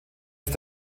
ist